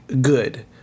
good